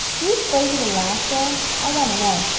do you s'pose it'll last, anne? i want to know?